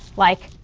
like